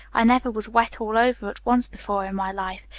i never was wet all over at once before in my life,